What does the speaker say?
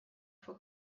for